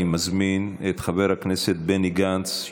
אני מזמין את חבר הכנסת בני גנץ,